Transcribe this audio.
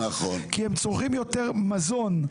כי הם צורכים יותר מזון,